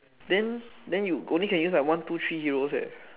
then then you only can use one two three heroes leh